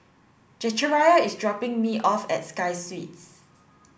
Zechariah is dropping me off at Sky Suites